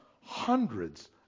hundreds